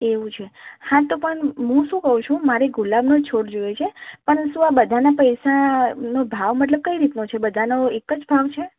એવું છે હા તો પણ હું શું કહું છું મારે ગુલાબનો છોડ જોઈએ છે પણ શું આ બધાના પૈસાનો ભાવ મતલબ કઈ રીતનો છે બધાનો એક જ ભાવ છે